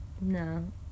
No